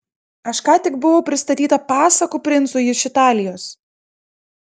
aš ką tik buvau pristatyta pasakų princui iš italijos